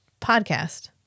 podcast